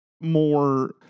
more